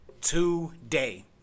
today